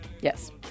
Yes